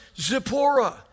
Zipporah